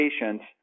patients